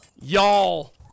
Y'all